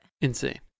Insane